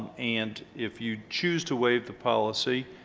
and if you choose to waive the policy